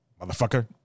Motherfucker